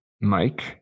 Mike